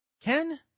Ken